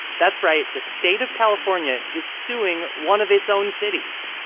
that's right. the state of california is suing one of its own cities.